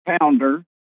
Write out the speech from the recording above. pounder